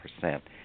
percent